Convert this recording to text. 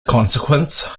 consequence